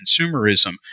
consumerism